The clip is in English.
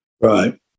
Right